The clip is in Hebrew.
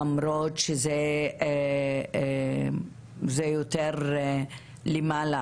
למרות שזה יותר למעלה,